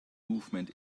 movement